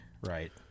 right